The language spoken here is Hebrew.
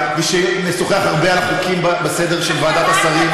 ושמשוחח הרבה על החוקים בסדר של ועדת השרים,